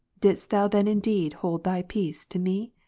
didst thou then indeed hold thy peace to me?